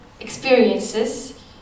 experiences